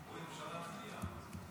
אורית, אפשר להצביע.